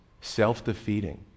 self-defeating